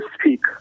speak